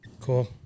Cool